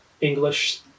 English